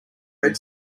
red